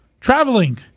Traveling